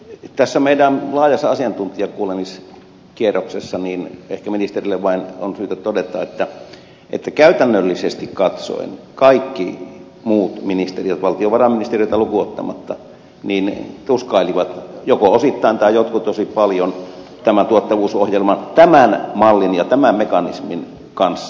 tässä meidän laajassa asiantuntijakuulemiskierroksessamme ehkä ministerille vain on syytä todeta käytännöllisesti katsoen kaikki muut ministeriöt valtiovarainministeriötä lukuun ottamatta tuskailivat joko osittain tai jotkut tosi paljon tuottavuusohjelman tämän mallin ja tämän mekanismin kanssa